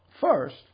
First